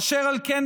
אשר על כן,